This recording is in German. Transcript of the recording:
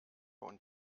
und